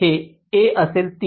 हे A असेल 3